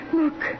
look